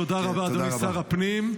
תודה רבה, אדוני שר הפנים.